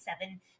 seven